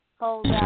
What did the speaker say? hold